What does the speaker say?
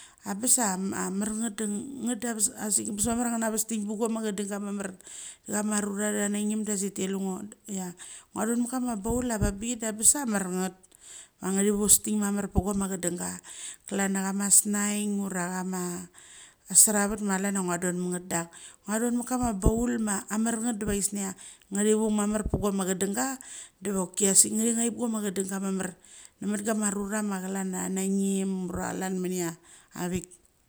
Angebes chia a ma mar ngat de ngatt da negbes asik angebes chia nge naves pe guama chedenga mamar. Kama rucha tha nangim da sik thelehgo ia. Ngua chon mat kama baul avangbik da ngebes ia amar ngat, da nga tha vesding mamar pe guama chadenga, klan chia ama snaien ura kama a sravet ma klan chia ngua don ma ngat dak ngua don mat kama baul ma amar ngat diva chisnia ngi chi vung mamar pe guama chedanga diva choki asik nge the ngaipap guama chedenga mamar namat kama arucha ma klan chia tha nagim ura klan mania avik.